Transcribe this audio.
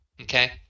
okay